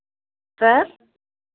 sir